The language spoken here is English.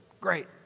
Great